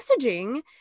messaging